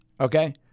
Okay